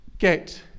get